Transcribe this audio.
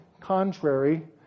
contrary